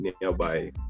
nearby